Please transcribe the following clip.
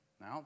Now